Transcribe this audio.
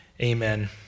amen